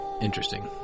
Interesting